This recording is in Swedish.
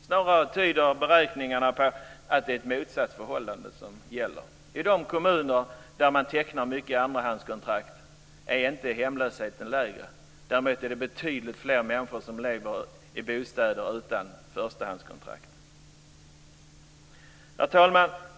Snarare tyder beräkningarna på att det motsatta förhållandet gäller. I de kommuner där man tecknar många andrahandskontrakt är inte hemlösheten lägre. Däremot är det betydligt fler människor som lever i bostäder utan förstahandskontrakt. Herr talman!